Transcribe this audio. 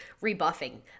rebuffing